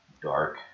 dark